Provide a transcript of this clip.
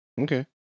Okay